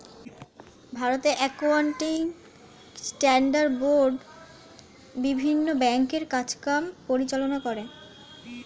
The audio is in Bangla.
ভারতে অ্যাকাউন্টিং স্ট্যান্ডার্ড বোর্ড বিভিন্ন ব্যাংকের কাজ কাম পরিচালনা করে